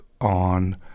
on